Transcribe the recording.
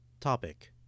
Topic